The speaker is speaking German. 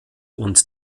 und